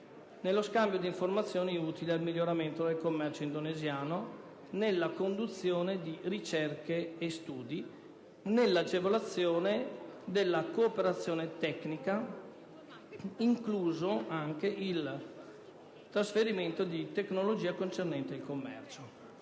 nello scambio di informazioni utili al miglioramento del commercio indonesiano, nella conduzione di ricerche e studi, nell'agevolazione della cooperazione tecnica, incluso il trasferimento di tecnologia concernente il commercio.